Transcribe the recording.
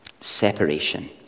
Separation